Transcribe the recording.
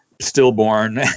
stillborn